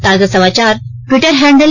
ताजा समाचार Twitter handle